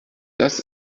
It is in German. das